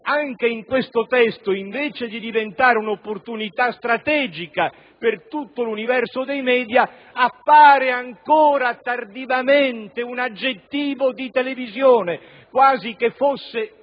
anche in questo testo, invece di diventare un'opportunità strategica per tutto l'universo dei *media*, appare ancora tardivamente un aggettivo di televisione, quasi che fosse